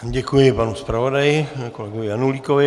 Děkuji panu zpravodaji kolegovi Janulíkovi.